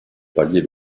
palier